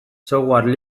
software